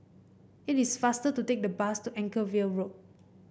it is faster to take the bus to Anchorvale Road